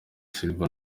silva